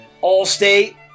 Allstate